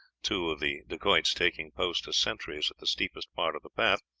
two of the dacoits taking post as sentries at the steepest part of the path,